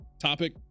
topic